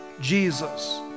Jesus